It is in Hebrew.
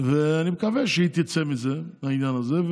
ואני מקווה שהיא תצא מהעניין הזה.